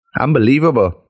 Unbelievable